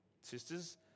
Sisters